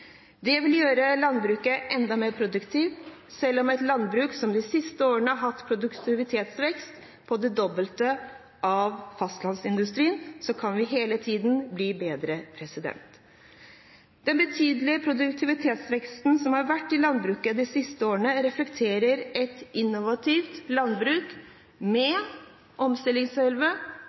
Det vil gjøre landbruket enda mer produktivt. Selv med et landbruk som de siste årene har hatt en produktivitetsvekst på det dobbelte av annen fastlandsindustri, kan vi hele tiden bli bedre. Den betydelige produktivitetsveksten i landbruket de siste årene reflekterer et innovativt landbruk med